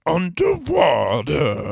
Underwater